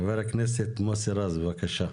חבר הכנסת מוסי רז, בבקשה.